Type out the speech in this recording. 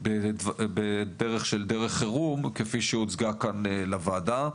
פתרון בדרך של דרך חירום, כפי שהוצגה כאן לוועדה.